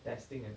testing and